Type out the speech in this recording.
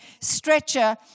stretcher